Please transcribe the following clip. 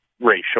racial